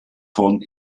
von